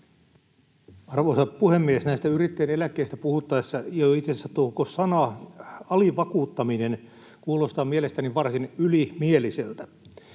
Arvoisa puhemies! Näistä yrittäjien eläkkeistä puhuttaessa itse asiassa jo tuo koko sana ”alivakuuttaminen” kuulostaa mielestäni varsin ylimieliseltä.